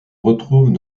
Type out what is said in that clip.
retrouve